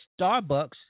Starbucks